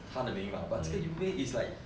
他的名吗 but 这个 uva is like